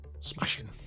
Smashing